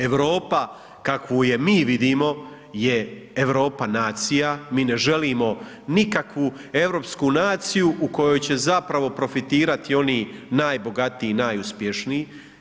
Europa kakvu je mi vidimo je Europa nacija, mi ne želimo nikakvu europsku naciju u kojoj će zapravo profitirati oni najbogatiji, najuspješniji.